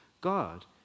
God